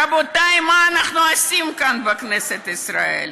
רבותי, מה אנחנו עושים כאן, בכנסת ישראל?